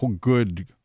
good